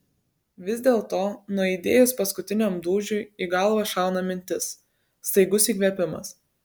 vis dėlto nuaidėjus paskutiniam dūžiui į galvą šauna mintis staigus įkvėpimas